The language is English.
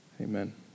Amen